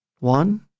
One